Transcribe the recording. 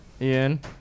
Ian